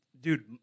dude